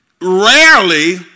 rarely